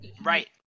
Right